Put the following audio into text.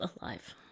alive